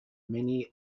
many